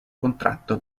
contratto